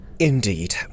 Indeed